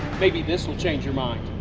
maybe this will change your mind.